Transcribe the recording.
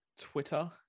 Twitter